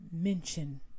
mention